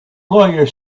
lawyer